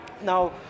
Now